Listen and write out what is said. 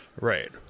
Right